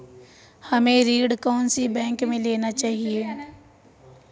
हमें ऋण कौन सी बैंक से लेना चाहिए?